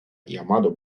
llamado